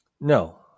No